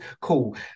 cool